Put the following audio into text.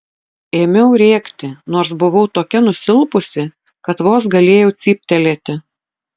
ėmiau rėkti nors buvau tokia nusilpusi kad vos galėjau cyptelėti